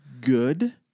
good